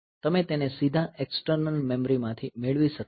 તમે તેને સીધા એક્સ્ટર્નલ મેમરી માંથી મેળવી શકતા નથી